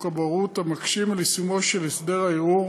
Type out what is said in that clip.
הבוררות המקשים את יישומו של הסדר הערעור